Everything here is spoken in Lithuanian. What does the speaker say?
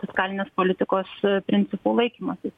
fiskalinės politikos principų laikymasis